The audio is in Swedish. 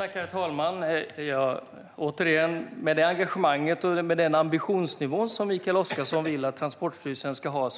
Herr talman! Återigen: Med det engagemanget och med den ambitionsnivå som Mikael Oscarsson vill att Transportstyrelsen ska ha